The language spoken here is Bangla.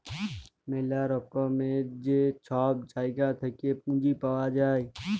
ম্যালা রকমের যে ছব জায়গা থ্যাইকে পুঁজি পাউয়া যায়